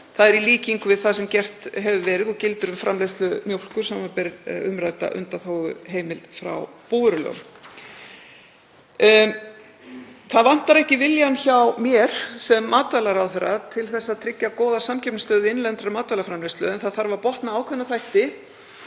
Það er í líkingu við það sem gert hefur verið og gildir um framleiðslu mjólkur, samanber umrædda undanþáguheimild frá búvörulögum. Það vantar ekki viljann hjá mér sem matvælaráðherra til að tryggja góða samkeppnisstöðu innlendrar matvælaframleiðslu en það þarf að botna ákveðna þætti